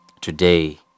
today